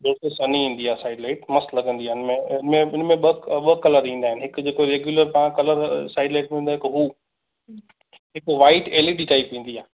बिल्कुल सनी ईंदी आहे साईड लाईट मस्तु लॻंदी आहे इनमें इनमें इनमें ॿ क ॿ कलर ईंदा आहिनि हिकु जेको रेग्यूलर तां कलर साईड लाईट में हूंदो आहे हिकु हू हिकु white L E D type ईंदी आहे